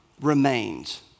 remains